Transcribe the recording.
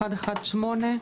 118,